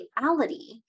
reality